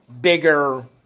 bigger